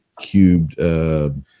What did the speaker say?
cubed